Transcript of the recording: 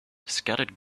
scattered